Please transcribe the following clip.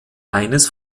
eines